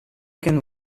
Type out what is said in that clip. can